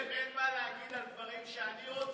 תגיד, לכם אין מה להגיד על הדברים שאני רוצה?